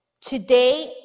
Today